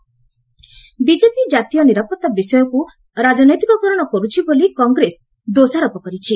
Congress BJP କାତୀୟ ନିରାପତ୍ତା ବିଷୟକୁ ରାଜନୈତିକ କରଣ କରୁଛି ବୋଲି କଂଗ୍ରେସ ଦୋଷାରୋପ କରିଛି